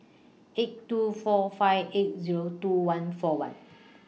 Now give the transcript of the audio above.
eight two four five eight Zero two one four one